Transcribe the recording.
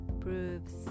proves